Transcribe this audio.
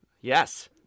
Yes